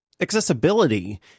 accessibility